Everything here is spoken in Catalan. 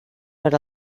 per